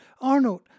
Arnold